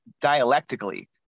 dialectically